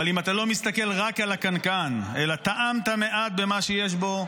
אבל אם אתה לא מסתכל רק על הקנקן אלא טעמת מעט ממה שיש בו,